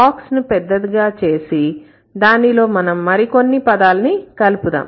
box ను పెద్దగా చేసి దానిలో మనం మరి కొన్ని పదాల్ని కలుపుదాం